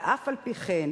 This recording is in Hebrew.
ואף-על-פי-כן,